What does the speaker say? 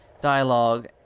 dialogue